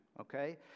Okay